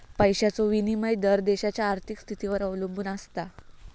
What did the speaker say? पैशाचो विनिमय दर देशाच्या आर्थिक स्थितीवर अवलंबून आसता